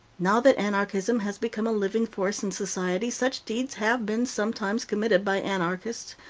now that anarchism has become a living force in society, such deeds have been sometimes committed by anarchists,